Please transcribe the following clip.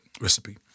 recipe